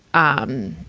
um,